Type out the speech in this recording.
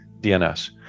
dns